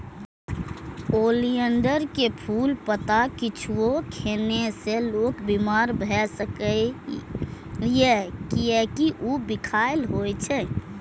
oleander के फूल, पत्ता किछुओ खेने से लोक बीमार भए सकैए, कियैकि ऊ बिखाह होइ छै